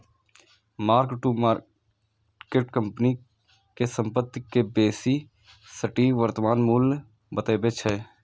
mark to market company के संपत्ति के बेसी सटीक वर्तमान मूल्य बतबै छै